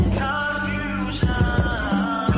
confusion